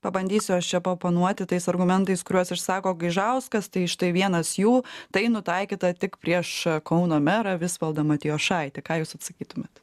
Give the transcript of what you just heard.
pabandysiu aš čia paoponuoti tais argumentais kuriuos išsako gaižauskas tai štai vienas jų tai nutaikyta tik prieš kauno merą visvaldą matijošaitį ką jūs atsakytumėt